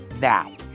now